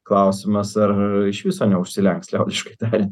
klausimas ar iš viso neužsilenks liaudiškai tariant